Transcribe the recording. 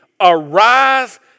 arise